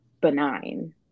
benign